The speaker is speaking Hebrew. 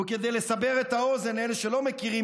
וכדי לסבר את האוזן לאלה שלא מכירים,